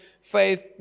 faith